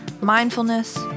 mindfulness